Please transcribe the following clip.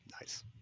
nice